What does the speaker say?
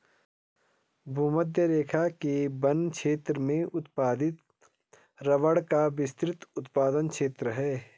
भूमध्यरेखा के वन क्षेत्र में उत्पादित रबर का विस्तृत उत्पादन क्षेत्र है